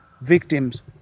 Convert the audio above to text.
victims